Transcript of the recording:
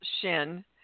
Shin